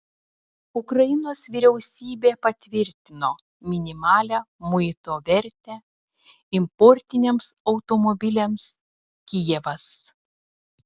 ukrainos vyriausybė patvirtino minimalią muito vertę importiniams automobiliams kijevas